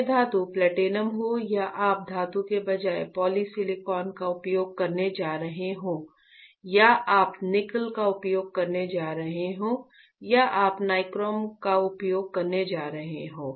चाहे धातु प्लेटिनम हो या आप धातु के बजाय पॉलीसिलिकॉन का उपयोग करने जा रहे हो या आप निकल का उपयोग करने जा रहे हों या आप नाइक्रोम का उपयोग करने जा रहे हो